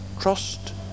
trust